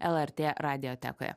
lrt radiotekoje